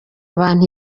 abantu